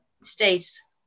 states